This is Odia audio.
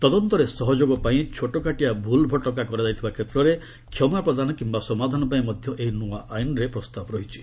ତଦନ୍ତରେ ସହଯୋଗ ପାଇଁ ଛୋଟକାଟିଆ ଭୁଲଭଟକା କରାଯାଇଥିବା କ୍ଷେତ୍ରରେ କ୍ଷମା ପ୍ରଦାନ କିୟା ସମାଧାନ ପାଇଁ ମଧ୍ୟ ଏହି ନୂଆ ଆଇନ୍ରେ ପ୍ରସ୍ତାବ ରହିଛି